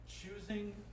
choosing